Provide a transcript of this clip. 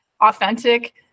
authentic